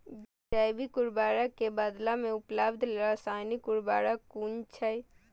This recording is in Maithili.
जैविक उर्वरक के बदला में उपलब्ध रासायानिक उर्वरक कुन छै?